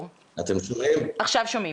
הזה.